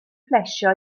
plesio